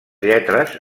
lletres